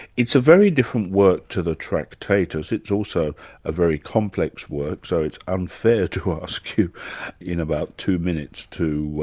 it's a very different work to the tractatus, it's also a very complex work, so it's unfair to ask you in about two minutes to